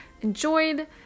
enjoyed